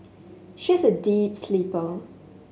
she is a deep sleeper